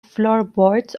floorboards